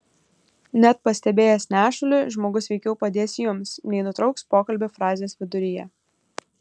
net pastebėjęs nešulį žmogus veikiau padės jums nei nutrauks pokalbį frazės viduryje